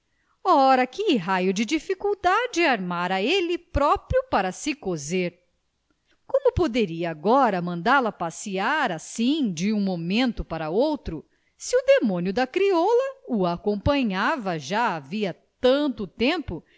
ora que raio de dificuldade armara ele próprio para se coser como poderia agora mandá-la passear assim de um momento para outro se o demônio da crioula o acompanhava já havia tanto tempo